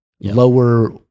Lower